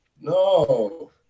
No